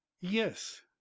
yes